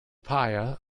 papaya